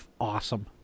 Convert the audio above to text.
awesome